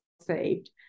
saved